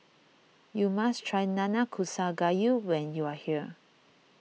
you must try Nanakusa Gayu when you are here